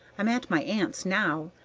i'm at my aunt's now,